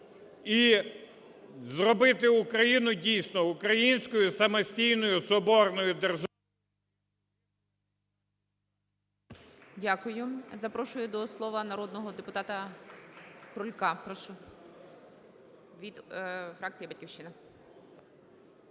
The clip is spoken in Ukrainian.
і зробити Україну дійсно українською самостійною соборною…